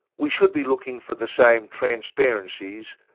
we should be looking for the same transparencies,